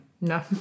No